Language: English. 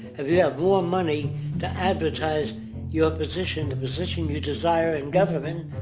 have yeah more money to advertise your position, the position you desire in government,